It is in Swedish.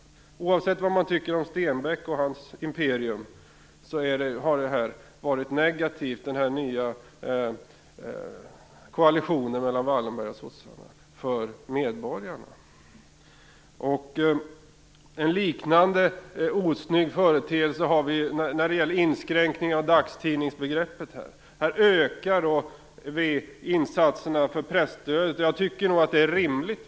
Oavsett vad man tycker om Stenbeck och hans imperium har den här nya koalitionen mellan Wallenberg och Socialdemokraterna varit negativ för medborgarna. En liknande osnygg företeelse finns i inskränkningen av dagstidningsbegreppet. Här ökar vi insatserna för presstödet. Jag tycker att det är rimligt.